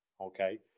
Okay